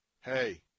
hey